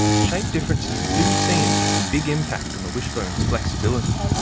shape differences do seem to have a big impact on a wishbone's flexibility.